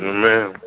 Amen